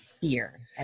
fear